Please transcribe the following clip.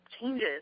changes